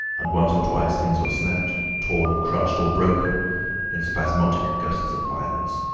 and once or twice things were snapped, torn, crushed, or broken in spasmodic gusts of violence.